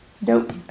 Nope